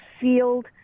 field